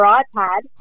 iPad